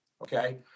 Okay